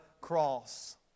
cross